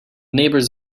neighbors